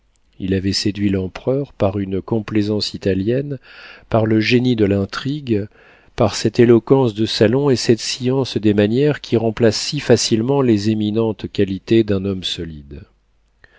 il avait séduit l'empereur par une complaisance italienne par le génie de l'intrigue par cette éloquence de salon et cette science des manières qui remplacent si facilement les éminentes qualités d'un homme solide